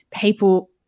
people